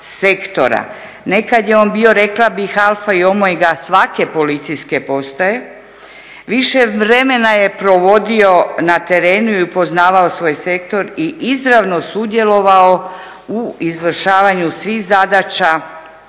Nekad je on bio rekla bih alfa i omega svake policijske postaje, više vremena je provodio na terenu i upoznavao svoj sektor i izravno sudjelovao u izvršavanju svih zadaća